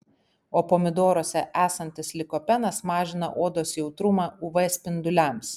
o pomidoruose esantis likopenas mažina odos jautrumą uv spinduliams